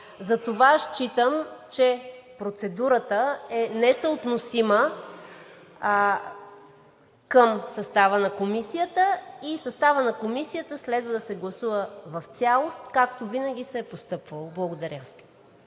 Затова считам, че процедурата е несъотносима към състава на Комисията и съставът й следва да се гласува в цялост, както винаги се е постъпвало. Благодаря.